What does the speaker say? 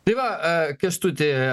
tai va kęstuti